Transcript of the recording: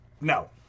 No